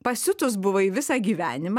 pasiutus buvai visą gyvenimą